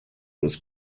was